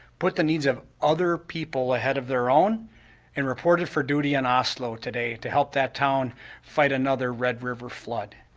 put the needs of other people ahead after their own and reported for duty in oslo today to help that town fight another red river flood.